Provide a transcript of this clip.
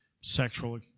sexual